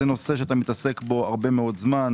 זה נושא שאתה מתעסק בו הרבה מאוד זמן,